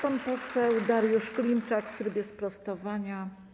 Pan poseł Dariusz Klimczak w trybie sprostowania.